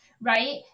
right